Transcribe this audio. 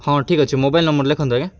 ହଁ ଠିକ ଅଛି ମୋବାଇଲ୍ ନମ୍ବର ଲେଖନ୍ତୁ ଆଜ୍ଞା